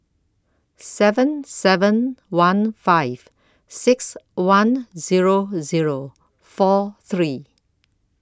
seven seven one five six one Zero Zero four three